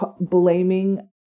blaming